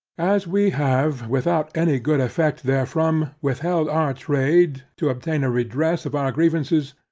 as we have, without any good effect therefrom, withheld our trade to obtain a redress of our grievances,